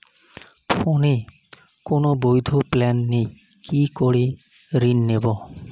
ফোনে কোন বৈধ প্ল্যান নেই কি করে ঋণ নেব?